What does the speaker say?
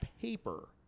paper